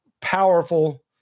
powerful